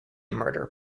murder